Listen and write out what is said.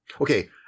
okay